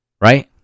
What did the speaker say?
right